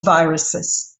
viruses